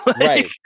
Right